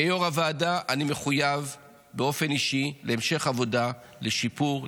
כיו"ר הוועדה אני מחויב באופן אישי להמשך עבודה לשיפור,